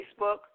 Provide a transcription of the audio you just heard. Facebook